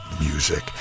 music